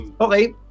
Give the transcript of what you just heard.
Okay